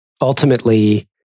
ultimately